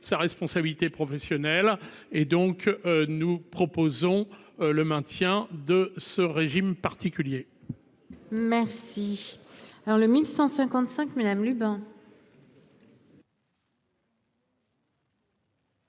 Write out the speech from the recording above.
sa responsabilité professionnelle et donc nous proposons le maintien de ce régime particulier. Merci. Alors le 1155. Mesdames Lubin.